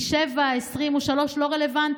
כי 7, 20 או 3 זה לא רלוונטי.